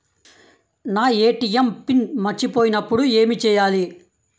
నా ATM PIN మర్చిపోయినప్పుడు ఏమి చేయాలి?